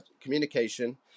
communication